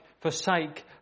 forsake